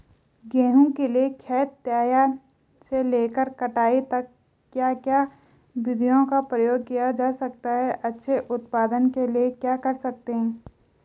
गेहूँ के लिए खेत तैयार से लेकर कटाई तक क्या क्या विधियों का प्रयोग किया जाता है अच्छे उत्पादन के लिए क्या कर सकते हैं?